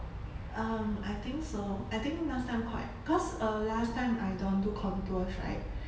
um I think so I think last time quite cause err last time I don't do contours right